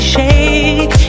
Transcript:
Shake